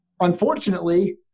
unfortunately